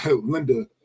Linda